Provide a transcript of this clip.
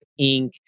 Inc